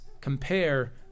compare